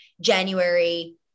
January